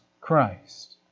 Christ